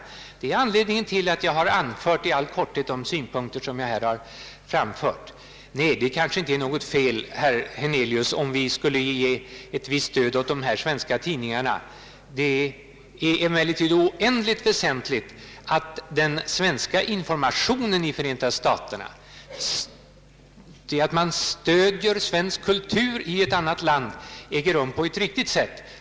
Det är anledningen till de synpunkter som jag i all korthet här har anfört. Det är kanske inte något fel, herr Hernelius, om vi skulle ge ett visst stöd åt dessa svenska tidningar. Det är emellertid oerhört väsentligt att den svenska informationen i Förenta staterna och stödet till svensk kultur i andra länder ges på ett riktigt sätt.